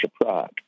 Prague